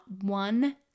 one